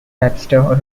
webster